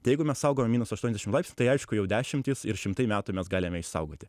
tai jeigu mes saugome minus aštuoniasdešim laipsnių tai aišku jau dešimtys ir šimtai metų mes galime išsaugoti